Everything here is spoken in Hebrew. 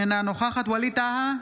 אינה נוכחת ווליד טאהא,